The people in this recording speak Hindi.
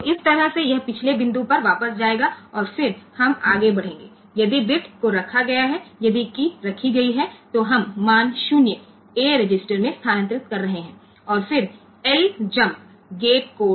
तो इस तरह से यह पिछले बिंदु पर वापस जाएगा और फिर हम आगे बढ़ेंगे यदि बिट को रखा गया है यदि कीय रखी गई है तो हम मान 0 ए रजिस्टर में स्थानांतरित कर रहे हैं और फिर ljmp गेट कोड